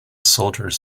soldiers